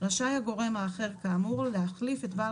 רשאי הגורם האחר כאמור להחליף את בעל